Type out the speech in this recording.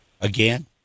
Again